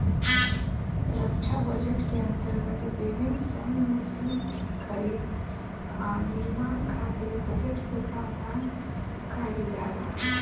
रक्षा budget के अंतर्गत विभिन्न सैन्य मशीन के खरीद आ निर्माण खातिर बजट के प्रावधान काईल जाला